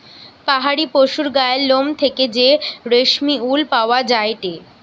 পাহাড়ি পশুর গায়ের লোম থেকে যে রেশমি উল পাওয়া যায়টে